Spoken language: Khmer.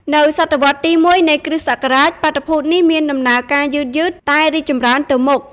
នៅសតវត្សរ៍ទី ១ នៃគ្រិស្តសករាជ បាតុភូតនេះមានដំណើរការយឺតៗតែរីកចម្រើនទៅមុខ។